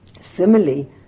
simile